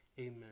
Amen